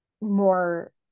more